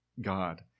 God